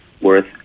worth